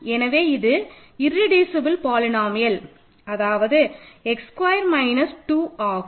எனவே இது irreducible polynomial அதாவது x ஸ்கொயர் மைனஸ் 2 ஆகும்